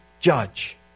judge